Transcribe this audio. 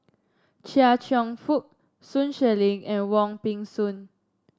Chia Cheong Fook Sun Xueling and Wong Peng Soon